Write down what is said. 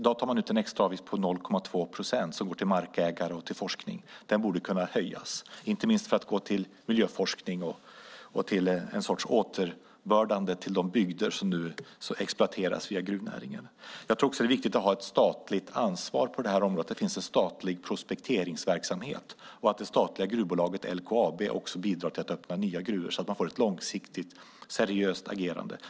I dag tar man ut en extra avgift på 0,2 procent som går till markägare och till forskning. Den borde kunna höjas, inte minst för att gå till miljöforskning och till en sorts återbördande till de bygder som nu exploateras via gruvnäringen. Jag tror också att det är viktigt att ha ett statligt ansvar för det här området, att det finns en statlig prospekteringsverksamhet och att det statliga gruvbolaget LKAB bidrar till att öppna nya gruvor så att man får ett långsiktigt seriöst agerande.